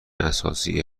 اساسی